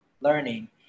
learning